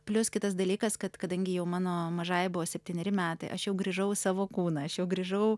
plius kitas dalykas kad kadangi jau mano mažajai buvo septyneri metai aš jau grįžau į savo kūną aš jau grįžau